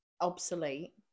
obsolete